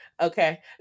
Okay